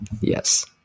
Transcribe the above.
yes